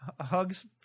Hugs